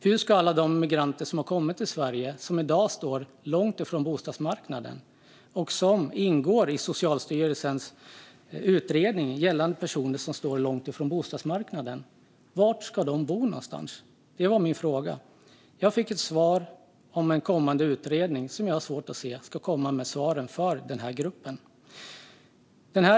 Var ska alla de migranter som kommit till Sverige - som i dag står långt ifrån bostadsmarknaden och som ingår i Socialstyrelsens utredning gällande personer som står långt ifrån bostadsmarknaden - bo någonstans? Det var min fråga. Jag fick ett svar om en kommande utredning som jag har svårt att se ska komma med svaren för den här gruppen.